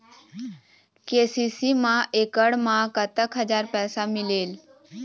KCC मा एकड़ मा कतक हजार पैसा मिलेल?